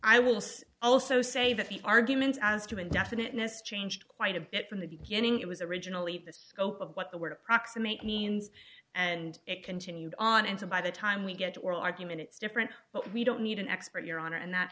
i will say also say that the arguments as to indefiniteness changed quite a bit from the beginning it was originally the scope of what the word approximate means and it continued on into by the time we get oral argument it's different but we don't need an expert your honor and that